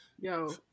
yo